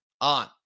on